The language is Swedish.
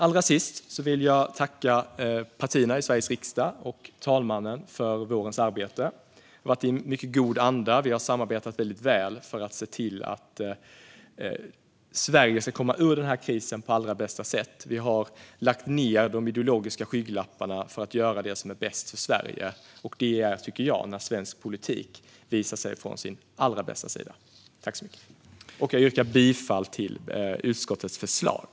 Allra sist vill jag tacka partierna i Sveriges riksdag och talmannen för vårens arbete. Det har skett i en mycket god anda; vi har samarbetat väldigt väl för att se till att Sverige ska komma ur denna kris på allra bästa sätt. Vi har lagt ned de ideologiska skygglapparna för att göra det som är bäst för Sverige. Detta är, tycker jag, när svensk politik visar sig från sin allra bästa sida. Jag yrkar bifall till utskottets förslag.